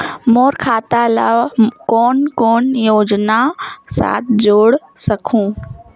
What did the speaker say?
मोर खाता ला कौन कौन योजना साथ जोड़ सकहुं?